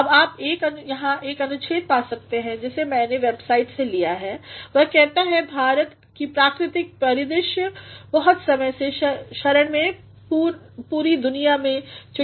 अब आप यहाँ एक अनुच्छेद पा सकते हैं जिसे मैने एक वेबसाइट से लिया है जो कहता है भारत की प्राकृतिक परिदृश्यबहुत समय से शरण हैपूरी दुनिये में चिडयों को लिए